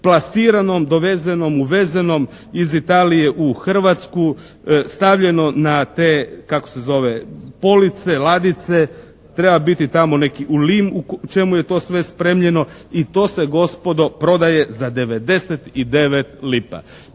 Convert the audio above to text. pasiranom, dovezenom, uvezenom iz Italije u Hrvatsku, stavljeno na te, kako se zove police, ladice, treba biti tamo neki u lim u čemu je to sve spremljeno i to se gospodo prodaje za 99 lipa.